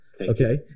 Okay